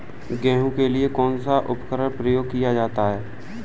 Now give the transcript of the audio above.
गेहूँ के लिए कौनसा उर्वरक प्रयोग किया जाता है?